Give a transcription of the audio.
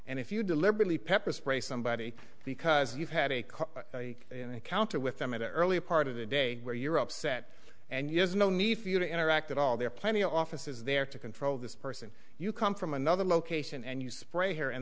and if you deliberately pepper spray somebody because you had a car and counter with them in the early part of the day where you're upset and you has no need for you to interact at all there are plenty of offices there to control this person you come from another location and you spray here and